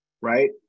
right